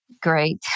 great